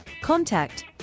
Contact